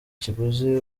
kiguzi